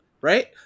right